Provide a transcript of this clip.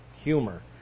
humor